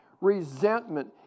resentment